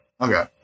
Okay